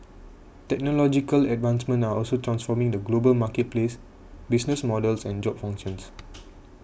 technological advancements are also transforming the global marketplace business models and job functions